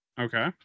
Okay